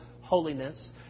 holiness